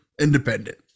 independent